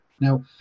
Now